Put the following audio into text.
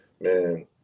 man